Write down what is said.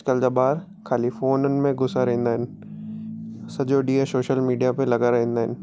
अॼुकल्ह जा ॿार ख़ाली फ़ोननि में घुसी रहंदा आहिनि सॼो ॾींहुं सोशल मीडिया ते लॻा रहंदा आहिनि